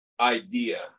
idea